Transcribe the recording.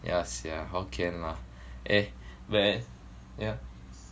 yeah sia how can lah eh where yeah